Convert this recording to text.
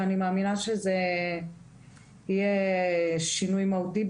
ואני מאמינה שיהיה שינוי מהותי,